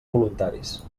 voluntaris